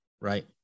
Right